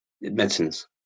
medicines